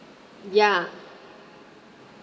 ya